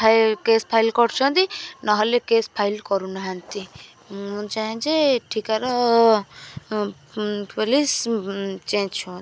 case file କରୁଛନ୍ତି ନହେଲେ case file କରୁନାହାନ୍ତି ମୁଁ ଚାହେଁ ଯେ ଏଠିକାର ପୋଲିସ ଚେଞ୍ଜ ହୁଅନ୍ତୁ